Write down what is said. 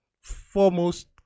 foremost